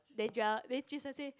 they gel which is to say